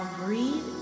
breathe